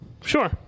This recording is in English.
Sure